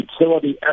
utility